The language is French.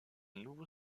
nouveau